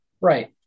Right